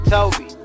Toby